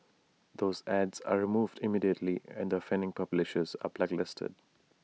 those ads are removed immediately and the offending publishers are blacklisted